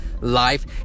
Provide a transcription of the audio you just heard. Life